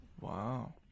Wow